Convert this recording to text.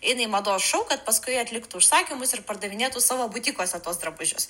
eina į mados šou kad paskui atliktų užsakymus ir pardavinėtų savo butikuose tuos drabužius